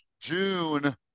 June